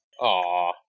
Aw